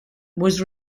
was